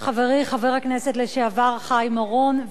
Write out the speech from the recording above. בבקשה, חברת הכנסת גלאון.